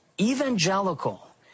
evangelical